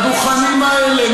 בדוכנים האלה?